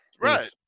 Right